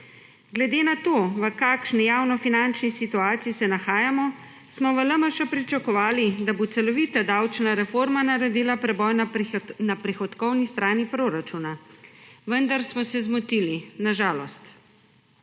Glede na to, v kakšni javnofinančni situaciji se nahajamo, smo v LMŠ pričakovali, da bo celovita davčna reforma naredila preboj na prihodkovni strani proračuna, vendar smo se zmotili, na žalost.